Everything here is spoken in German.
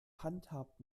handhabt